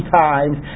times